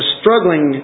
struggling